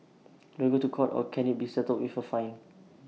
do I go to court or can IT be settled with A fine